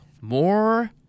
More